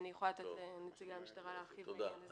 אני יכולה לתת לנציגי המשטרה להרחיב בעניין הזה.